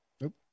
Nope